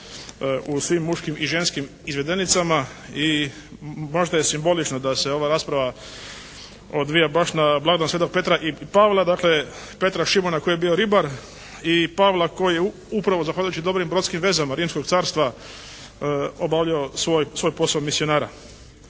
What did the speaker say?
u svim muškim i ženskim izvedenicama i možda je simbolično da se ova rasprava odvija na blagdan sv. Petra i Pavla, dakle Petra Šimuna koji je bio ribar i Pavla koji je upravo zahvaljujući dobrim brodskim vezama Rimskog Carstva obavljao svoj posao misionara.